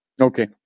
Okay